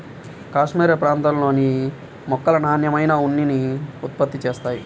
cashmere ప్రాంతంలోని మేకలు నాణ్యమైన ఉన్నిని ఉత్పత్తి చేస్తాయి